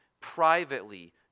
privately